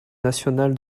national